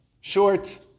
short